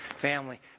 family